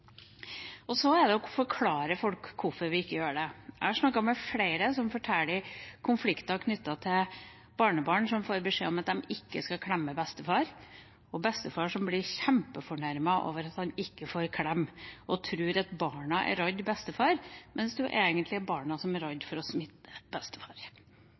Og så er det å forklare folk hvorfor vi ikke gjør det. Jeg har snakket med flere som forteller om konflikter knyttet til barnebarn som får beskjed om at de ikke skal klemme bestefar, og bestefar som blir kjempefornærmet over at han ikke får klemme og tror at barna er redd bestefar, mens det egentlig er barna som er